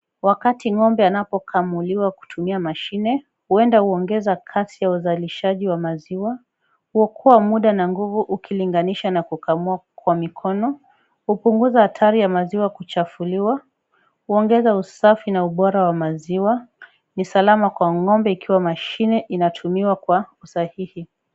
Wakati ng'ombe anapokamuliwa kutumia mashine huenda huongeza kasi ya uzalishaji wa maziwa, huokoa muda na nguvu ukilinganisha na kukamua kwa mikono huku ikipunguza athari ya maziwa kuchafuliwa, huongeza usafi na ubora wa maziwa na salama kwa ng'ombe ikiwa mashine inatumiwa kwa usahihi.